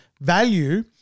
value